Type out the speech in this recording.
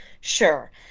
Sure